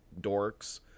dorks